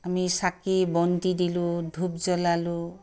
আমি চাকি বন্তি দিলোঁ ধূপ জ্বলালোঁ